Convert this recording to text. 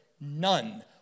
None